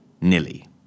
Nilly